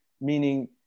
Meaning